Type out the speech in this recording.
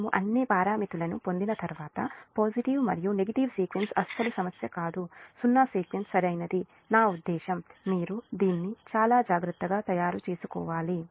మేము అన్ని పారామితులను పొందిన తర్వాత పాజిటివ్ మరియు నెగటివ్ సీక్వెన్స్ అస్సలు సమస్య కాదు సున్నా సీక్వెన్స్ సరైనది నా ఉద్దేశ్యం మీరు దీన్ని చాలా జాగ్రత్తగా తయారు చేసుకోవాలి